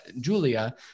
Julia